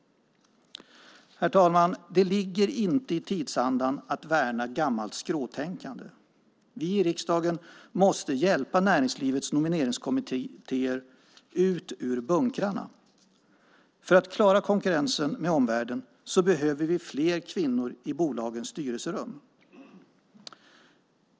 Herr talman! Det ligger inte i tidsandan att värna gammalt skråtänkande. Vi i riksdagen måste hjälpa näringslivets nomineringskommittéer ut ur bunkrarna. För att klara konkurrensen med omvärlden behöver vi fler kvinnor i bolagens styrelserum.